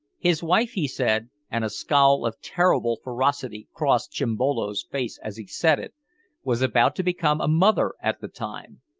his wife, he said and a scowl of terrible ferocity crossed chimbolo's face as he said it was about to become a mother at the time.